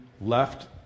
left